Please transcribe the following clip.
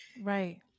Right